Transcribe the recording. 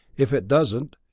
if it doesn't,